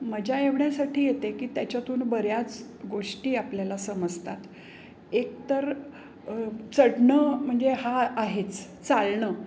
मजा एवढ्यासाठी येते की त्याच्यातून बऱ्याच गोष्टी आपल्याला समजतात एक तर चढणं म्हणजे हा आहेच चालणं